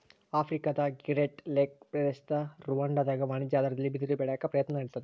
ಆಫ್ರಿಕಾದಗ್ರೇಟ್ ಲೇಕ್ ಪ್ರದೇಶದ ರುವಾಂಡಾದಾಗ ವಾಣಿಜ್ಯ ಆಧಾರದಲ್ಲಿ ಬಿದಿರ ಬೆಳ್ಯಾಕ ಪ್ರಯತ್ನ ನಡಿತಾದ